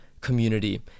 community